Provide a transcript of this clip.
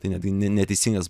tai netgi ne neteisingas